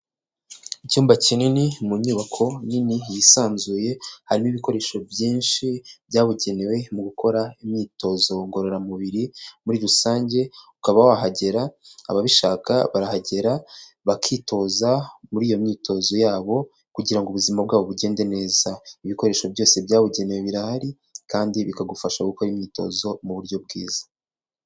Icyumba kinini mu nyubako nini yisanzuye, harimo ibikoresho byinshi byabugenewe mu gukora imyitozo ngororamubiri, muri rusange ukaba wahagera, ababishaka barahagera, bakitoza muri iyo myitozo yabo kugira ngo ubuzima bwabo bugende neza. Ibikoresho byose byabugenewe birahari kandi bikagufasha gukora imyitozo mu buryo bwiza.